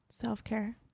Self-care